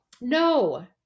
No